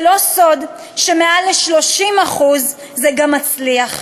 זה לא סוד שביותר מ-30% זה גם מצליח,